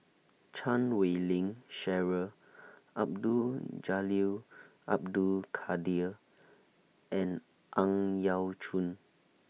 Chan Wei Ling Cheryl Abdul Jalil Abdul Kadir and Ang Yau Choon